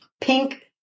pink